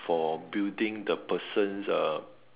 for building the person's uh